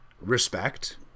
respect